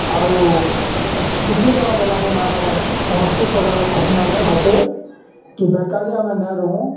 ଆରୁ ଶିକ୍ଷିତ ହେମା ବେଲେ ଆଜ୍ଞା ଆମର୍ କୌଣସି ପ୍ରକାର ଘଟଣା ନାଇଁ ଘଟେ କି ବେକାରୀ ଆମେ ନାଇଁ ରୁହଁ